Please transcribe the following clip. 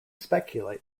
speculate